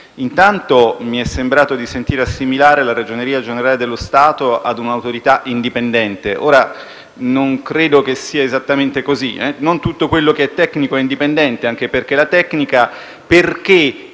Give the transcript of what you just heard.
Intanto, mi è sembrato di sentire assimilare la Ragioneria generale dello Stato ad un'autorità indipendente. Non credo che sia esattamente così. Non tutto quello che è tecnico è indipendente, anche perché la tecnica ha perso